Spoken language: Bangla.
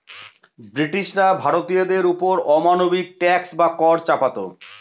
ব্রিটিশরা ভারতীয়দের ওপর অমানবিক ট্যাক্স বা কর চাপাতো